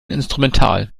instrumental